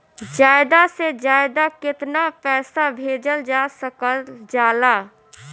ज्यादा से ज्यादा केताना पैसा भेजल जा सकल जाला?